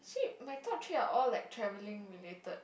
actually my top three are all like travelling related